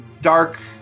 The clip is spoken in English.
dark